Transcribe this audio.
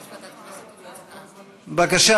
בבקשה,